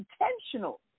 intentional